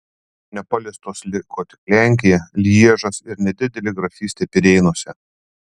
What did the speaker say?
nepaliestos liko tik lenkija lježas ir nedidelė grafystė pirėnuose